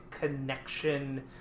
connection